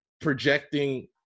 projecting